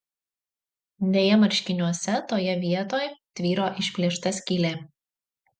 deja marškiniuose toje vietoj tvyro išplėšta skylė